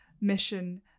mission